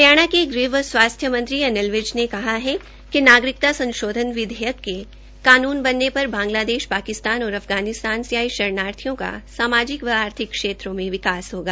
हरियाणा के ग़ह व स्वास्थ्य मंत्री अनिल ने कहा कि नागरिकता संशोध्न के कानून बनने से बांगलादेश पाकिस्तान और अफगानिस्तान से आये शरणार्थियों का सामाजिक व आर्थिक क्षेत्रों में विकास होगा